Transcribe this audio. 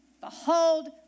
Behold